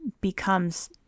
becomes